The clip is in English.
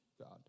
God